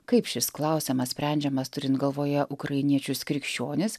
kaip šis klausimas sprendžiamas turint galvoje ukrainiečius krikščionis